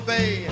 Bay